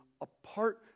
apart